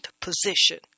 position